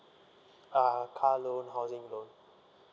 uh car loan housing loan